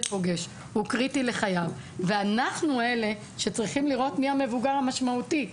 פוגש הוא קריטי לחייו ואנחנו אלה שצריכים לראות מי המבוגר המשמעותי.